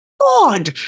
God